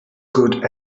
good